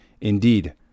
Indeed